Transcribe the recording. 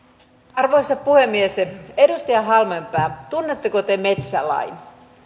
arvoisa puhemies edustaja halmeenpää tunnetteko te metsälain